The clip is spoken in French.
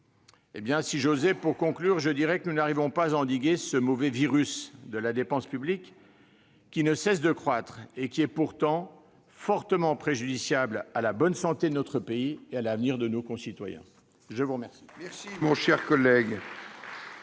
rejetées. Si j'osais, je dirais que nous n'arrivons pas à endiguer ce mauvais virus de la dépense publique qui ne cesse de croître et qui est pourtant fortement préjudiciable à la bonne santé de notre pays et à l'avenir de nos concitoyens. La parole